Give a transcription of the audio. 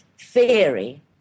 theory